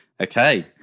Okay